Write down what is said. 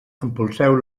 empolseu